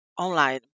online